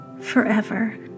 forever